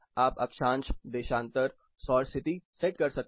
आप अक्षांश देशांतर सौर स्थिति सेट कर सकते हैं